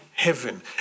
Heaven